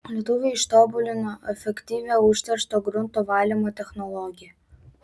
lietuviai ištobulino efektyvią užteršto grunto valymo technologiją